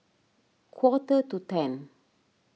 quarter to ten